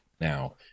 Now